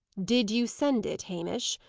did you send it, hamish?